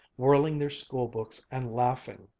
whirling their school-books and laughing.